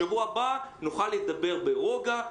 בשבוע הבא נוכל לדבר ברוגע.